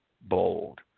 bold